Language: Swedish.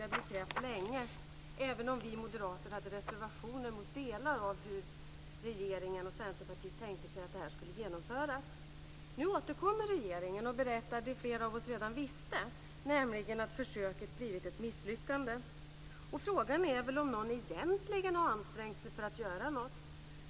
Det hade vi krävt länge, även om vi moderater hade reservationer mot delar av hur regeringen och Centerpartiet tänkte sig att det här skulle genomföras. Nu återkommer regeringen och berättar det flera av oss redan visste, nämligen att försöket har blivit ett misslyckande. Frågan är om någon egentligen har ansträngt sig för att göra något.